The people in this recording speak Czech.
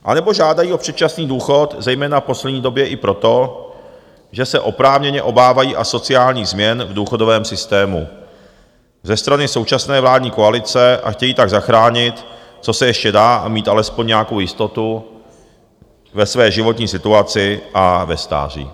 Anebo žádají o předčasný důchod zejména v poslední době i proto, že se oprávněně obávají asociálních změn v důchodovém systému ze strany současné vládní koalice a chtějí tak zachránit, co se ještě dá, a mít alespoň nějakou jistotu ve své životní situaci a ve stáří.